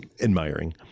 admiring